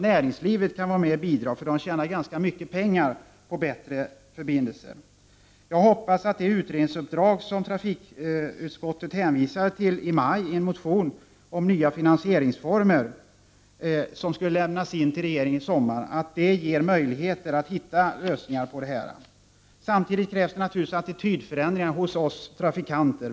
Näringslivet kan också vara med och bidra, eftersom man tjänar ganska mycket på bättre kommunikationer. Trafikutskottet hänvisade i ett betänkande i maj till ett utredningsuppdrag rörande nya finansieringsformer, vilket skulle redovisas till regeringen i somras. Jag hoppas att det ger möjligheter att hitta lösningar på dessa problem. Samtidigt krävs naturligtvis attitydförändringar hos oss trafikanter.